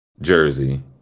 jersey